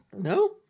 No